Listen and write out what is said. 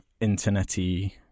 internet-y